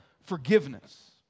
forgiveness